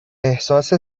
احساس